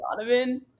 Donovan